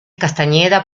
castañeda